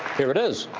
here it is.